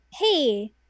hey